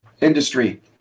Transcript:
industry